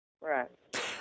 Right